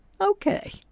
okay